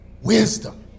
Wisdom